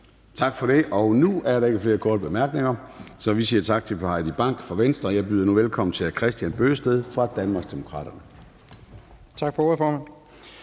Tak for det. Der er ikke flere korte bemærkninger, så vi siger tak til fru Heidi Bank fra Venstre. Jeg byder nu velkommen til hr. Kristian Bøgsted fra Danmarksdemokraterne. Kl. 20:30 (Ordfører)